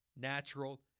natural